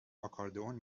آکاردئون